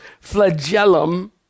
flagellum